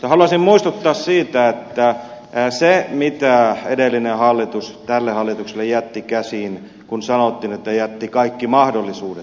mutta haluaisin muistuttaa siitä mitä edellinen hallitus tälle hallitukselle jätti käsiin kun sanottiin että jätti kaikki mahdollisuudet